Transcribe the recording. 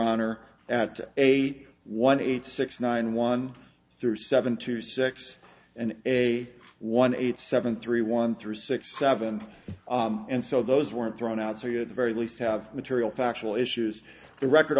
honor at eight one eight six nine one three seven two six and a one eight seven three one three six seven and so those weren't thrown out so you know the very least have material factual issues the record